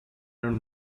don’t